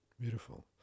Beautiful